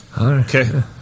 Okay